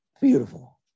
beautiful